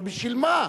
אבל בשביל מה?